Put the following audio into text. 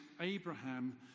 Abraham